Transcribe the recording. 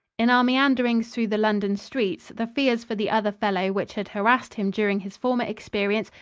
in our meanderings through the london streets, the fears for the other fellow which had harassed him during his former experience,